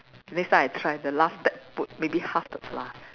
next time I try the last step put maybe half the flour